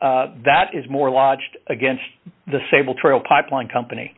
that is more lodged against the sable trail pipeline company